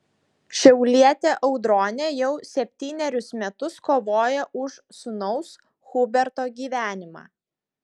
šiaulietė audronė jau septynerius metus kovoja už sūnaus huberto gyvenimą